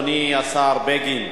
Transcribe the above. אדוני השר בגין,